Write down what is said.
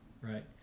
right